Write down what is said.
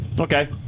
Okay